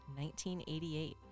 1988